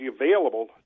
available